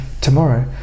tomorrow